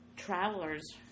Travelers